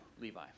Levi